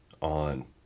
on